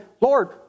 Lord